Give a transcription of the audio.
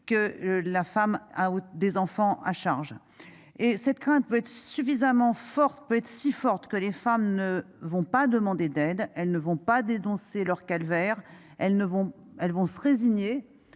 que la femme a des enfants à charge. Et cette crainte peut être suffisamment forte peut si forte que les femmes ne vont pas demander d'aide, elles ne vont pas dénoncer leur calvaire. Elles ne vont,